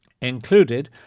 included